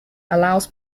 allows